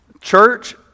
Church